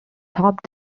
topped